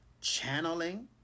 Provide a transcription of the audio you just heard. channeling